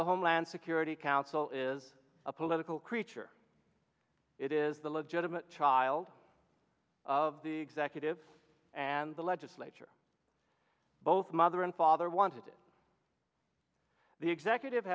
the homeland security council is a political creature it is the legitimate child of the executive and the legislature both mother and father wanted it the executive